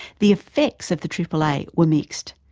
the effects of the triple-a were mixed,